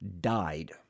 died